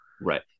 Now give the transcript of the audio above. Right